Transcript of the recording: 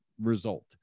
result